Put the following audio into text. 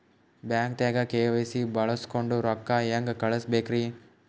ಬ್ಯಾಂಕ್ದಾಗ ಕೆ.ವೈ.ಸಿ ಬಳಸ್ಕೊಂಡ್ ರೊಕ್ಕ ಹೆಂಗ್ ಕಳಸ್ ಬೇಕ್ರಿ?